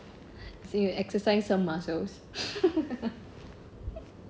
see you exercise some muscles